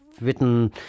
written